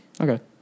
Okay